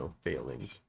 failing